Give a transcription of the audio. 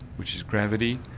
which is gravity,